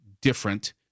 different